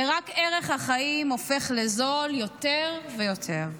ורק ערך החיים הופך לזול יותר ויותר.